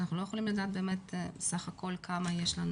שאנחנו לא יכולים לדעת באמת כמה יש לנו